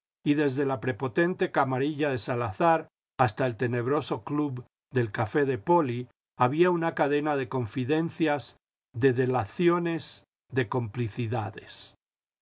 y desde la prepotente camarilla de salazar hasta el tenebroso club del café de poli había una cadena de confidencias de delaciones de complicidades